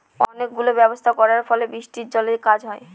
অনেক গুলো ব্যবস্থা করার ফলে বৃষ্টির জলে কাজ হয়